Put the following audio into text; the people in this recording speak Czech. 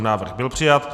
Návrh byl přijat.